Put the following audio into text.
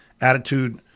attitude